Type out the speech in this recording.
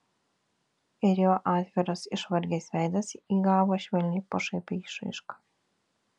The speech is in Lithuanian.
ir jo atviras išvargęs veidas įgavo švelniai pašaipią išraišką